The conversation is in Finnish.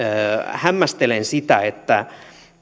hämmästelen sitä että